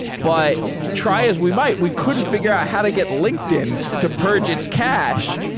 but try as we might, we couldn't figure out how to get linkedin to purge its cache.